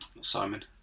Simon